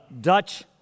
Dutch